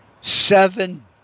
Seven